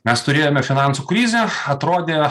mes turėjome finansų krizę atrodė